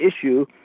issue